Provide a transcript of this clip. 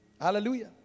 Hallelujah